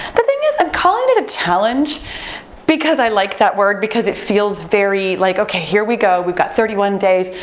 the thing is i'm calling it a challenge because i like that word because it feels very like okay, here we go. we've got thirty one days.